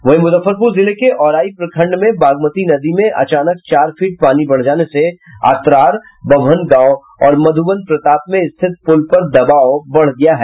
वहीं मुजफ्फरपुर जिले के औराई प्रखण्ड में बागमती नदी में अचानक चार फीट पानी बढ़ जाने से अतरार वभनगांव और मधुबन प्रताप में स्थित पुल पर दवाब बढ़ गया है